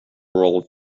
world